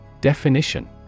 Definition